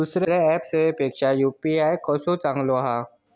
दुसरो ऍप सेवेपेक्षा यू.पी.आय कसो चांगलो हा?